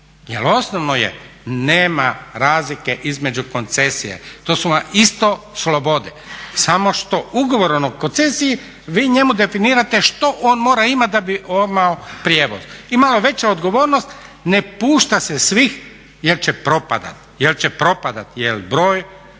jer osnovno je nema razlike između koncesije. To su vam isto slobode, samo što ugovorom o koncesiji vi njemu definirate što on mora imati da bi imao prijevoz. I malo veća odgovornost ne pušta se svih jer će propadati, jer broj